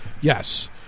Yes